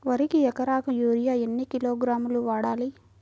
వరికి ఎకరాకు యూరియా ఎన్ని కిలోగ్రాములు వాడాలి?